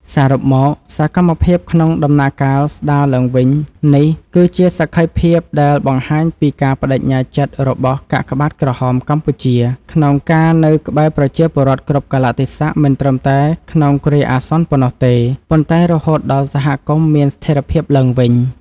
សរុបមក សកម្មភាពក្នុងដំណាក់កាលស្ដារឡើងវិញនេះ គឺជាសក្ខីភាពដែលបង្ហាញពីការប្ដេជ្ញាចិត្តរបស់កាកបាទក្រហមកម្ពុជា ក្នុងការនៅក្បែរប្រជាពលរដ្ឋគ្រប់កាលៈទេសៈ មិនត្រឹមតែក្នុងគ្រាអាសន្នប៉ុណ្ណោះទេ ប៉ុន្តែរហូតដល់សហគមន៍មានស្ថិរភាពឡើងវិញ។